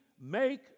make